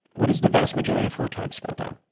what is the vast majority of her time spent on?